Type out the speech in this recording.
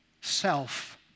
Self